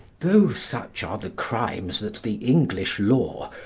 though such are the crimes that the english law,